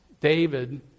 David